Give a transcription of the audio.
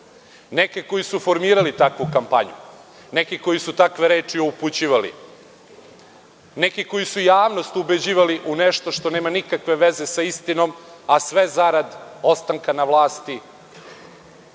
Neke koji su formirali takvu kampanju. Neke koje su takve reči upućivali. Neki koji su javnost ubeđivali u nešto to nema nikakve veze sa istinom, a sve zarad ostanka na vlasti,